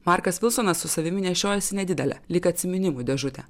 markas vilsonas su savimi nešiojasi nedidelę lyg atsiminimų dėžutę